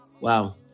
Wow